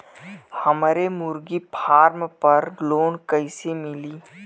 हमरे मुर्गी फार्म पर लोन कइसे मिली?